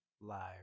live